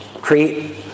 create